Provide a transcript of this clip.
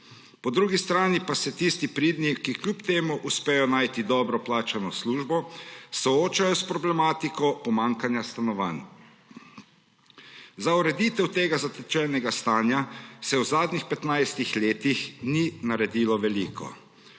Po drugi strani pa se tisti pridni, ki kljub temu uspejo najti dobro plačano službo, soočajo s problematiko pomanjkanja stanovanj. Za ureditev tega zatečenega stanja se v zadnjih 15 letih ni naredilo veliko.